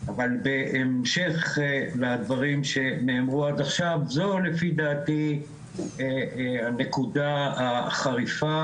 אבל בהמשך לדברים שנאמרו עד עכשיו זו לפי דעתי הנקודה החריפה,